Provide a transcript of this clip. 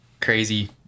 crazy